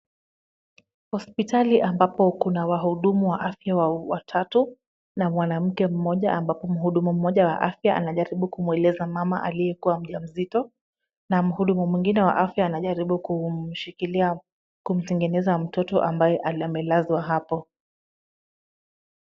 Hospitali ambapo kuna wahudumu wa afya watatu na mwanamke mmoja ambapo mhudumu mmoja wa afya anajaribu kumweleza mama aliyekuwa mjamzito na mhudumu mwingine wa afya anajaribu kumtengeneza mtoto ambaye amelazwa hapo.